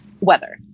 weather